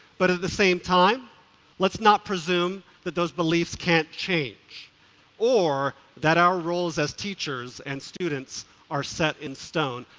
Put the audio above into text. but at the same time let's not presume that those beliefs can't change or that our roles as teachers or and students are set in stone.